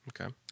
Okay